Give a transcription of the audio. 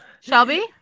Shelby